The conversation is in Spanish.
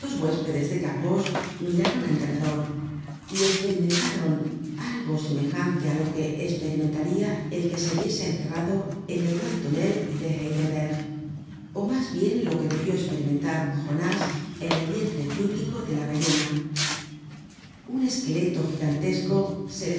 huéspedes de gavroche miraron en derredor y esperimentaron algo semejante á lo que esperimentaria el que se viese encerrado en el gran tonel de heidelberg ó mas bien lo que debió esperimentar joñas en el vientre bíblico de la ballena un esqueleto gigantesco